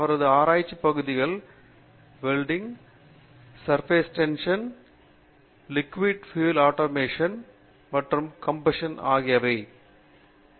அவரது ஆராய்ச்சி பகுதிகள் வெக்டிங் சுரபாஸ் டென்ஷன் லீகுய்ட் பியூஎல் ஆடோமிசத்தின் மற்றும் காம்போசிஷன் ஆகியவையாகும்